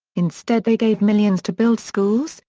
instead they gave millions to build schools,